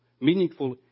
meaningful